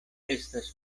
estas